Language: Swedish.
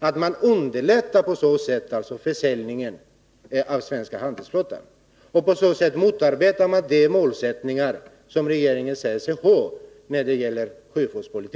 att man underlättar utförsäljningen av den svenska handelsflottan och därmed motarbetar de målsättningar som regeringen säger sig ha när det gäller sjöfartspolitiken, om man inte förknippar dessa lån med villkor som tvingar redarna att behålla båtarna under svensk flagg?